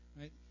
right